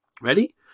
Ready